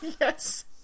Yes